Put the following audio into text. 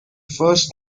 first